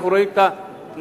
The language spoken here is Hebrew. אנחנו רואים את המאמץ